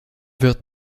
wird